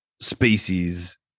species